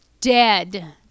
dead